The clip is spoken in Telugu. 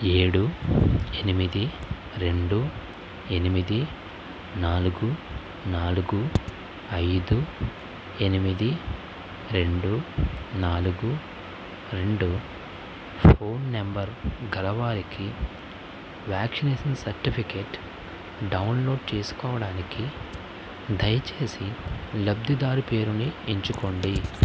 ఏడు ఎనిమిది రెండు ఎనిమిది నాలుగు నాలుగు ఐదు ఎనిమిది రెండు నాలుగు రెండు ఫోన్ నంబర్ గల వారికి వ్యాక్సినేషన్ సర్టిఫికేట్ డౌన్లోడ్ చేసుకోవడానికి దయచేసి లబ్ధిదారుని పేరుని ఎంచుకోండి